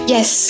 Yes